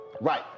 right